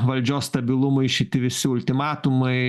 valdžios stabilumui šiti visi ultimatumai